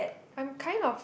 I'm kind of